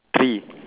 three